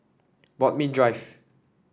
Bodmin Drive